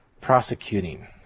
prosecuting